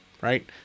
right